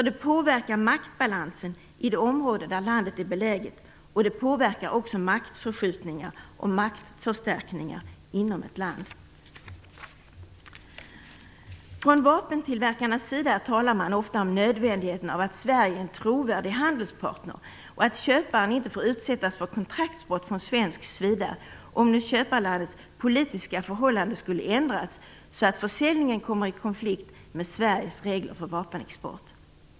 Det påverkar maktbalansen i det område där landet är beläget, och det medför också maktförskjutningar och maktförstärkningar inom ett land. Från vapentillverkarnas sida talas det ofta om nödvändigheten av att Sverige är en trovärdig handelspartner och säger att köparen inte får utsättas för kontraktsbrott från svensk sida, om köparlandets politiska förhållanden skulle ändras så att försäljningen kommer i konflikt med Sveriges regler för vapenexport.